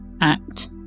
act